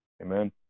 Amen